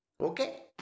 Okay